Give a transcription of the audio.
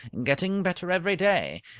getting better every day.